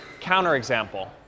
counterexample